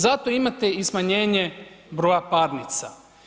Zato imate i smanjenje broja parnica.